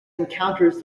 encounters